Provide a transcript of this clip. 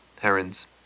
herons